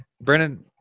Brennan